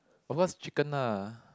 of course chicken lah